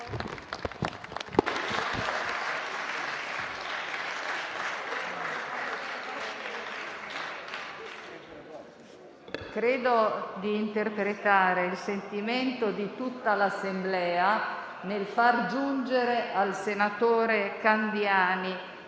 Credo di interpretare il sentimento di tutta l'Assemblea nel far giungere al senatore Candiani